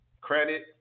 credit